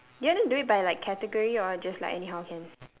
you want to do it by like category or just like anyhow can